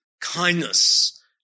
kindness